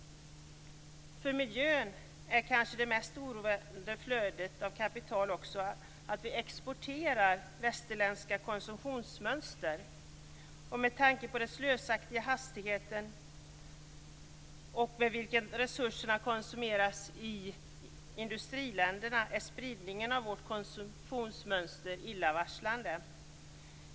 För miljön är kanske det mest oroande att vi genom flödet av kapital exporterar västerländska konsumtionsmönster. Med tanke på den "slösaktiga" hastighet med vilken resurserna konsumeras i industriländerna är spridningen av vårt konsumtionsmönster illavarslande.